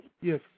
Yes